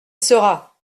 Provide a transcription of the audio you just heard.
sera